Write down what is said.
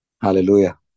Hallelujah